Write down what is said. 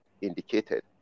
indicated